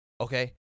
okay